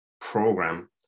program